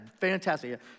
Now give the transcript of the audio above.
fantastic